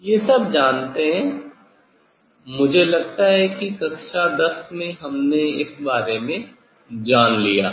ये सब जानते है कि मुझे लगता है कि कक्षा 10 में हमने इस बारे में जान लिया है